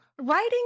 Writing